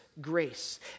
grace